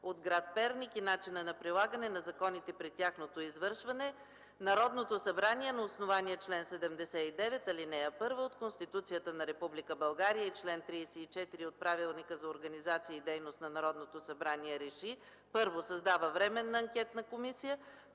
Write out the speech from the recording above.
от гр. Перник и начина на прилагане на законите при тяхното извършване Народното събрание на основание чл. 79, ал. 1 от Конституцията на Република България и чл. 34 от Правилника за организацията и дейността на Народното събрание РЕШИ: 1. Създава Временна анкетна комисия,